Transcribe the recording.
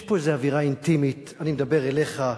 יש פה איזה אווירה אינטימית, אני מדבר אליך,